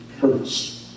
Hurts